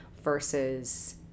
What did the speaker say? versus